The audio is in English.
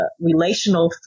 relational